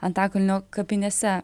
antakalnio kapinėse